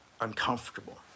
uncomfortable